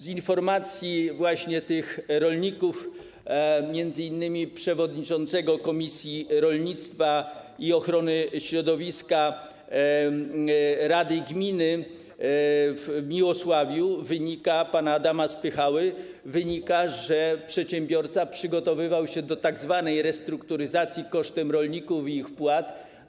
Z informacji uzyskanych od tych rolników, m.in. od przewodniczącego Komisji Rolnictwa i Ochrony Środowiska Rady Gminy Miłosław pana Adama Spychały, wynika, że przedsiębiorca przygotowywał się do tzw. restrukturyzacji kosztem rolników i ich wpłat.